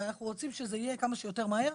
אנחנו רוצים שזה יהיה כמה שיותר מהר.